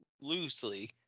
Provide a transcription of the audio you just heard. loosely